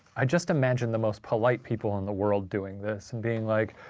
i just imagine the most polite people in the world doing this and being like,